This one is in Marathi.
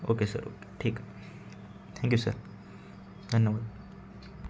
ओके सर ओके ठीक थँक्यू सर धन्यवाद